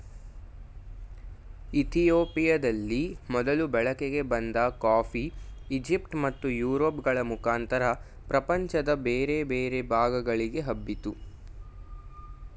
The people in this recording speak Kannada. ಇತಿಯೋಪಿಯದಲ್ಲಿ ಮೊದಲು ಬಳಕೆಗೆ ಬಂದ ಕಾಫಿ ಈಜಿಪ್ಟ್ ಮತ್ತು ಯುರೋಪ್ ಗಳ ಮುಖಾಂತರ ಪ್ರಪಂಚದ ಬೇರೆ ಬೇರೆ ಭಾಗಗಳಿಗೆ ಹಬ್ಬಿತು